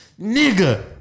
nigga